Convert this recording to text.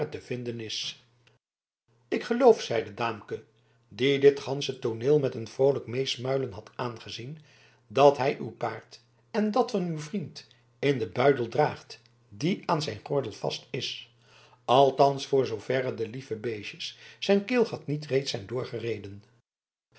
te vinden is ik geloof zeide daamke die dit gansche tooneel met een vroolijk meesmuilen had aangezien dat hij uw paard en dat van uw vriend in den buidel draagt die aan zijn gordel vast is althans voor zooverre de lieve beestjes zijn keelgat niet reeds zijn doorgereden